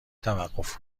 توقف